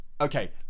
okay